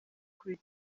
kuri